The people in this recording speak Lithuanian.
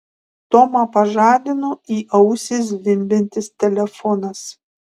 tomą pažadino į ausį zvimbiantis telefonas